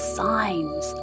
signs